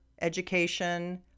education